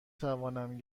توانم